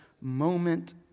moment